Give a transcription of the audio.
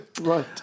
Right